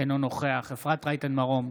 אינו נוכח אפרת רייטן מרום,